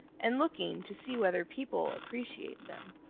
and looking to see whether people appreciate them.